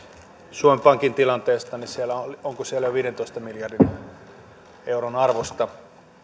suomen pankin tilanteesta niin siellä on onko siellä viidentoista miljardin euron arvosta